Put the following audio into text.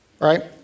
right